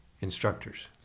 instructors